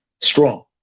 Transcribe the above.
strong